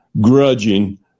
grudging